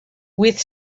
with